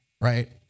right